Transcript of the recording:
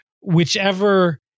whichever